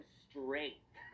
straight